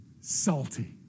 salty